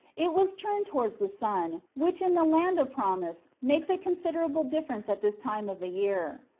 it was turned towards the sun, which in the land of promise makes a consider able difference at this time of the year.